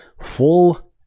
full